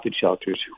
shelters